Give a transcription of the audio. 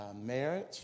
marriage